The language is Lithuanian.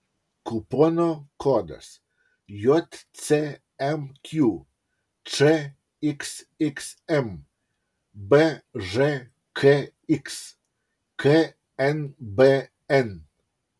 kupono kodas jcmq čxxm bžkx knbn